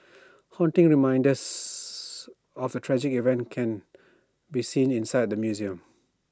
haunting reminders of the tragic event can be seen inside the museum